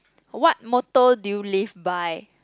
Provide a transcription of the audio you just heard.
what motto do you live by